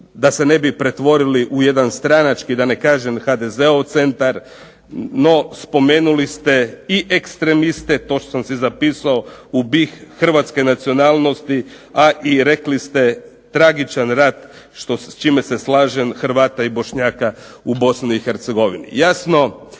da se ne bi pretvorili u jedan stranački da ne kažem HDZ-ov centar. No, spomenuli ste i ekstremiste. Točno sam si zapisao u BiH hrvatske nacionalnosti, a i rekli ste tragičan rat s čime se slažem Hrvata i Bošnjaka u Bosni